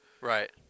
Right